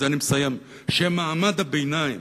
שמעמד הביניים